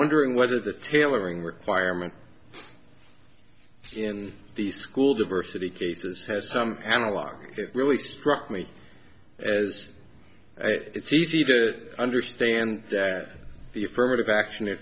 wondering whether the tailoring requirement in the school diversity cases has some analog that really struck me as it's easy to understand the affirmative action in